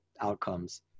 outcomes